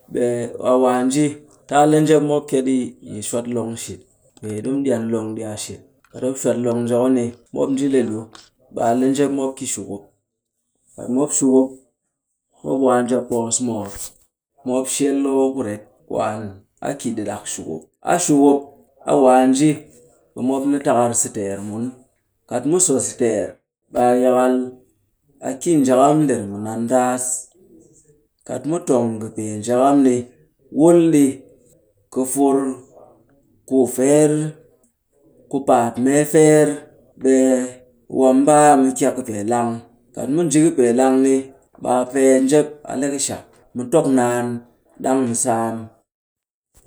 Ɓe a waa a nji, ti a le njep mop kia ɗi yi shwat long shit. Pee ɗimu ɗyan long ɗi a shit. Kat mop shwat long njia ku ni, mop nji le lu. Ɓe a le njep mop ki shukup. Kat mop shukup, mop waa njia poos moor. Ɓe mop shel loo kuret. Kwaan, a ki ɗi ɗak shukup. A shukup, a wa a nji, ɓe mop ni takar so teer mun. Kat mu so so teer, ɓe a yakal a ki njakam nder mɨnan ndaas. Kat mu tong kɨpee njakam ni, wul ɗi kɨ fur ku feer, ku paatmeefeer, ɓe mu waa mu mbaa mu kia kɨpee lang. Kat mu nji ƙipee lang ni, ɓe a peet njet a le kɨshak mu tok naan, ɗang mu saam.